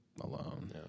alone